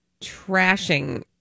trashing